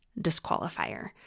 disqualifier